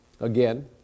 again